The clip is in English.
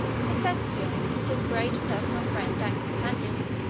hephaestion, his great personal friend and companion,